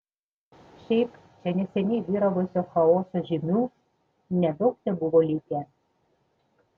šiaip čia neseniai vyravusio chaoso žymių nedaug tebuvo likę